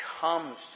comes